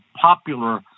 popular